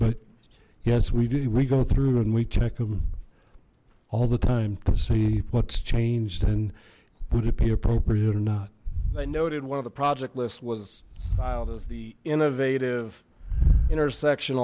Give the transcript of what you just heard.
but yes we did we go through and we check them all the time to see what's changed and would it be appropriate or not i noted one of the project list was styled as the innovative intersection